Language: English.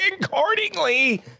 accordingly